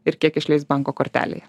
ir kiek išleis banko kortelėje